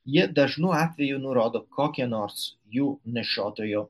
jie dažnu atveju nurodo kokią nors jų nešiotojo